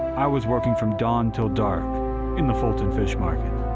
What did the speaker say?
i was working from dawn till dark in the fulton fish market.